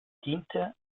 diente